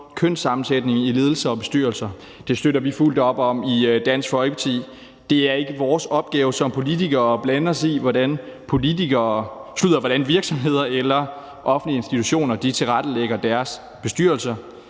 kønssammensætningen i ledelser og bestyrelser. Det støtter vi fuldt ud op om i Dansk Folkeparti. Det er ikke vores opgave som politikere at blande os i, hvordan virksomheder eller offentlige institutioner tilrettelægger deres bestyrelser.